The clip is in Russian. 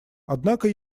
однако